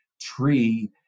tree